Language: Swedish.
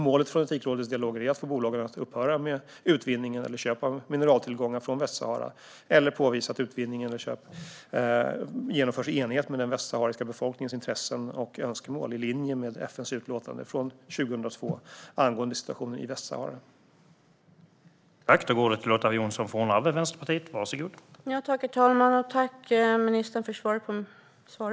Målet för Etikrådets dialoger är att få bolagen att antingen upphöra med utvinning eller köp av mineraltillgångar från Västsahara eller påvisa att utvinningen eller köpen genomförs i enlighet med den västsahariska befolkningens intressen och önskemål i linje med FN:s utlåtande från 2002 angående situationen i Västsahara.